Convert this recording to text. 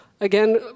again